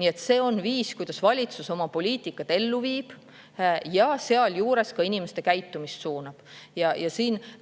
Nii et see on viis, kuidas valitsus oma poliitikat ellu viib ja sealjuures ka inimeste käitumist suunab.